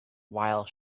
while